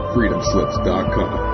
FreedomSlips.com